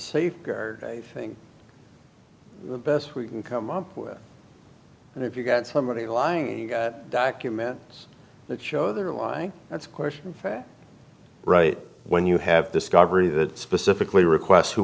safeguard a thing the best we can come up with and if you've got somebody lying you've got a document that show they're lying that's a question of fact right when you have discovery that specifically requests who